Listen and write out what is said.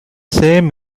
same